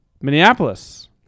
Minneapolis